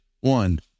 one